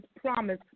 promise